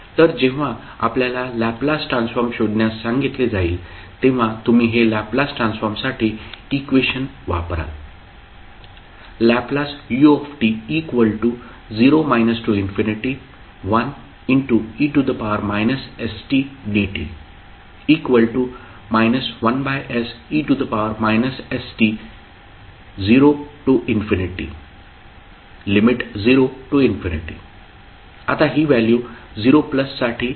तर जेव्हा आपल्याला लॅपलास ट्रान्सफॉर्म शोधण्यास सांगितले जाईल तेव्हा तुम्ही हे लॅपलास ट्रान्सफॉर्मसाठी इक्वेशन वापराल Lut0 1e stdt 1se st।0 आता ही व्हॅल्यू 0 प्लससाठी 1 आहे